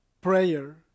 prayer